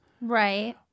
Right